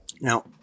Now